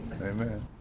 Amen